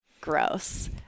gross